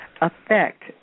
affect